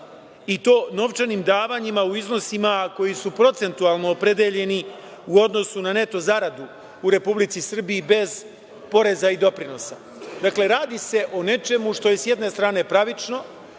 i to novčanim davanjima u iznosima koji su procentualno opredeljeni u odnosu na neto zaradu u Republici Srbiji bez poreza i doprinosa. Dakle, radi se o nečemu što je s jedne strane pravično,